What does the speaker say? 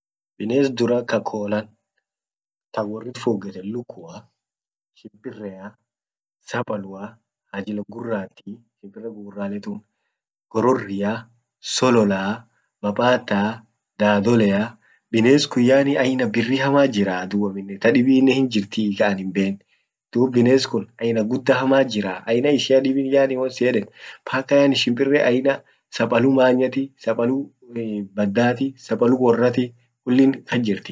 Bines dura ka kolan taa worrit fugetan lukkua. shimpirea. sapalua. hajile gurrati shimpire gugurale tun. gorroria. solola. mabata. dadolea. bines kun yani aina birri hamat jiraa dub aminen. tadibinen hinjirti ka anin hin Ben duub bines kun aina gudda hamat jiraa. aina ishia dibin yani won siyedan mpaka yani shimpire aina sapalu manyati sapalu baddati sapalu worrati kullin ach jirti.